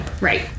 Right